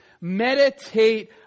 meditate